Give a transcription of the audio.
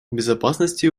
безопасности